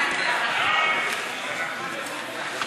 ההצעה להעביר את הצעת חוק רישוי עסקים (תיקון,